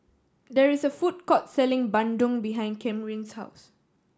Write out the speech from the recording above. there is a food court selling bandung behind Camryn's house